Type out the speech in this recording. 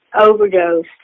overdose